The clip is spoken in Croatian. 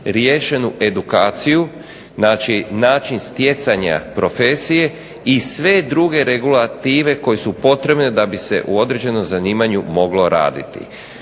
riješenu edukaciju, znači način stjecanja profesije i sve druge regulative koje su potrebne da bi se u određenom zanimanju moglo raditi.